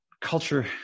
culture